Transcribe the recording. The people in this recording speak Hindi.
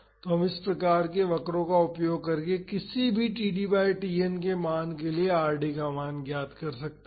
तो हम इस प्रकार के वक्रों का उपयोग करके किसी भी td बाई Tn मान के लिए Rd का मान ज्ञात कर सकते हैं